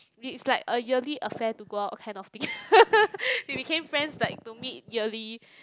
it's like a yearly affair to go out kind of thing we became friends like to meet yearly